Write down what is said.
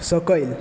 सकयल